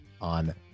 on